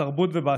בתרבות ובעסקים.